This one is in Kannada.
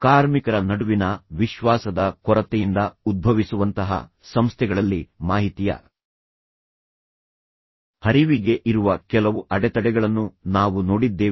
ಕಾರ್ಮಿಕರ ನಡುವಿನ ವಿಶ್ವಾಸದ ಕೊರತೆಯಿಂದ ಉದ್ಭವಿಸುವಂತಹ ಸಂಸ್ಥೆಗಳಲ್ಲಿ ಮಾಹಿತಿಯ ಹರಿವಿಗೆ ಇರುವ ಕೆಲವು ಅಡೆತಡೆಗಳನ್ನು ನಾವು ನೋಡಿದ್ದೇವೆ